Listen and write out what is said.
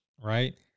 right